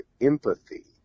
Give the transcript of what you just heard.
empathy